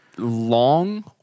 long